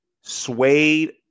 suede